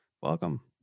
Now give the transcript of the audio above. Welcome